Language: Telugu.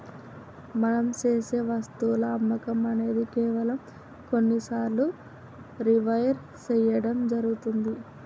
మనం సేసె వస్తువుల అమ్మకం అనేది కేవలం కొన్ని సార్లు రిహైర్ సేయడం జరుగుతుంది